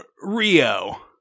Rio